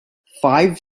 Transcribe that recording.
five